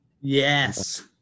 Yes